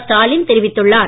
ஸ்டாவின் தெரிவித்துள்ளார்